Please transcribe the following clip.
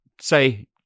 say